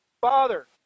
Father